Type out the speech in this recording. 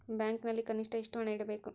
ಬ್ಯಾಂಕಿನಲ್ಲಿ ಕನಿಷ್ಟ ಎಷ್ಟು ಹಣ ಇಡಬೇಕು?